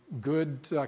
good